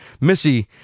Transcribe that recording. Missy